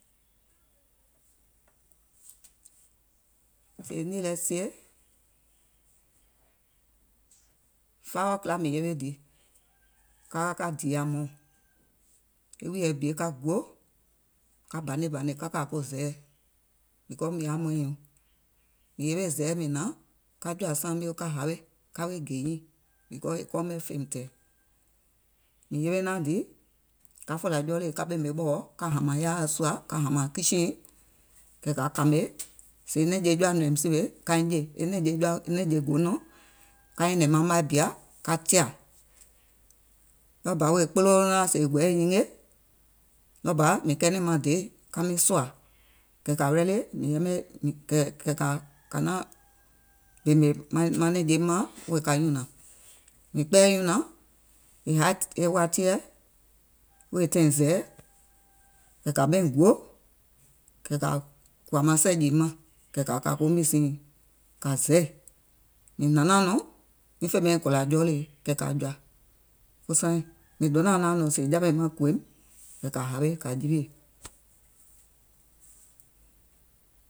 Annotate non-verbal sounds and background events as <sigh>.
Sèè nìì lɛ sie, five o clock mìŋ yewe dìì, ka ka ka dììyȧ hmɔ̀ɔ̀ŋ, e wùìyèɛ bie, ka guò, ka bane bànè ka kà ko zɛɛ, because mìŋ yaà mɔìŋ nyuuŋ, mìŋ yewe zɛɛ mìŋ hnàŋ ka jɔ̀à saaŋ mio ka hawe ka weè gè nyiiŋ because e kɔɔmɛ̀ fèìm tɛ̀ɛ̀. Mìŋ yewe naȧŋ dìì ka fòlà jɔɔlèi ka ɓèmè ɓɔ̀wɔ̀ ka hàmàŋ yard sùà ka hȧmȧŋ kitchen, ka kàmè, sèè nɛ̀ŋje jɔa nɔ̀ìm sìwè kaiŋ jè, e nɛ̀ŋje go nɔ̀ŋ, ka nyɛ̀nɛ̀ŋ maŋ maì bìa ka tìȧ. Ɗɔɔ bà wèè kploo naȧŋ sèè gɔɛɛ̀ nyinge, ɗɔɔ bà mìŋ kɛɛnɛ̀ŋ maŋ dèè ka miŋ sòà, <unintelligible> kɛ̀ kà naàŋ ɓèmè nɛ̀ŋjeim màŋ wèè ka nyùnàŋ. Mìŋ kpɛɛyɛ̀ nyùnaŋ è haì e watiɛ̀ wèè tȧìŋ zɛ̀i, kɛ̀ kȧ ɓɛìŋ guò kɛ̀ kà kùwà maŋ sɛìjì maŋ kɛ̀ kȧ kȧ ko mìsiìŋ kȧ zɛì, mìŋ hnàŋ naàŋ nɔŋ miŋ fè ɓɛìŋ kòlà jɔɔlèe kɛ̀ kȧ jɔ̀à ko saaiŋ, mìŋ donȧŋ naȧŋ nɔ̀ŋ sèè jawèim mȧŋ kùwòìm kɛ̀ kà hawe kà jiwiè.